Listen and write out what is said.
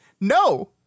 No